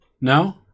No